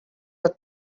are